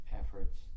efforts